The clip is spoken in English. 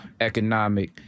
economic